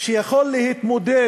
שהוא יכול להתמודד